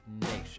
nation